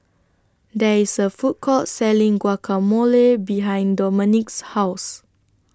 There IS A Food Court Selling Guacamole behind Domonique's House